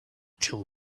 till